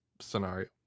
scenario